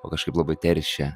o kažkaip labai teršia